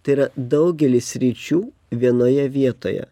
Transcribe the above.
tai yra daugelis sričių vienoje vietoje